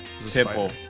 Pitbull